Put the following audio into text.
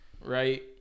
right